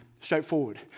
straightforward